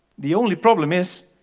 the only problem is,